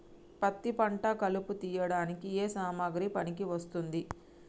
పత్తి పంట కలుపు తీయడానికి ఏ సామాగ్రి పనికి వస్తుంది?